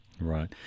Right